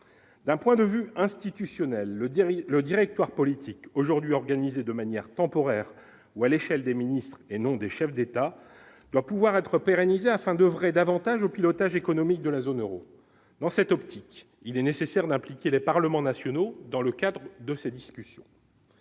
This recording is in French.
d'un point de vue institutionnel, le dire, il le directoire politique aujourd'hui organiser de manière temporaire ou à l'échelle des ministres et non des chefs d'État doit pouvoir être pérennisé, afin d'oeuvrer davantage au pilotage économique de la zone Euro dans cette optique, il est nécessaire d'impliquer les parlements nationaux dans le cadre de ces discussions,